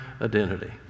identity